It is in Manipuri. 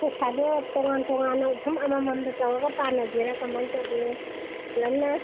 ꯄꯩꯁꯥꯗꯣ ꯇꯣꯉꯥꯟ ꯇꯣꯉꯥꯟꯅ ꯑꯁꯨꯝ ꯑꯃꯃꯝꯇ ꯇꯧꯔꯒ ꯄꯥꯅꯁꯤꯔ ꯀꯃꯥꯏ ꯇꯧꯗꯣꯏꯅꯣ ꯄꯨꯂꯞꯅ